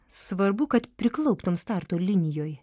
svarbu kad priklauptum starto linijoj